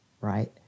right